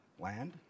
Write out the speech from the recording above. land